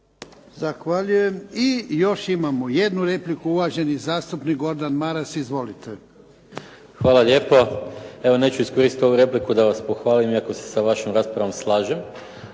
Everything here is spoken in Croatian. Zahvaljujem. I još imamo jednu repliku. Uvaženi zastupnik Gordan Maras, izvolite. **Maras, Gordan (SDP)** Hvala lijepo. Evo neću iskoristiti ovu repliku da vas pohvalim iako se sa vašom raspravom slažem,